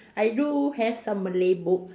I do have some Malay books